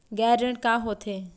गैर ऋण का होथे?